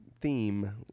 theme